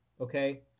okay